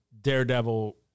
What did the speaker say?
daredevil